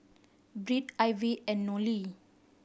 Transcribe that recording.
Britt Ivy and Nolie